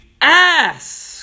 Ask